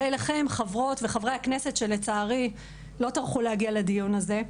ואליכם חברות וחברי הכנסת שלצערי לא טרחו להגיע לדיון הזה,